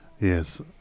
yes